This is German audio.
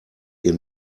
ihr